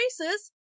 races